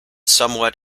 somewhat